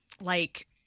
like-